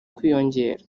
kwiyongera